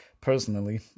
Personally